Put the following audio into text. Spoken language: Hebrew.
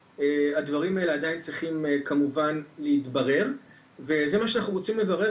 הדברים האלה עדיין צריכים כמובן להתברר וזה מה שאנחנו רוצים לברר